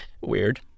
Weird